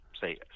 say